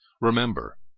Remember